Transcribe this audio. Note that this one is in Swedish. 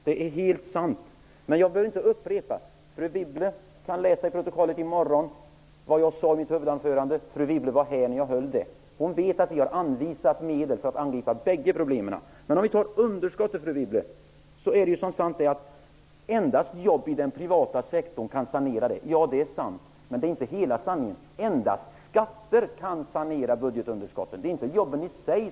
Det är helt sant. Men jag behöver inte upprepa mig. Fru Wibble kan i morgon läsa i protokollet vad jag sade i mitt huvudanförande. Fru Wibble var här när jag höll det. Hon vet att vi har anvisat medel för att angripa båda problemen. Det är sant att endast jobb i den privata sektorn kan sanera budgetunderskottet. Men det är inte hela sanningen. Endast skatteinkomsterna kan sanera budgetunderskottet, inte jobben i sig.